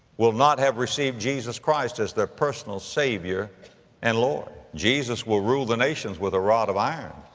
will not have received jesus christ as their personal savior and lord. jesus will rule the nations with a rod of iron.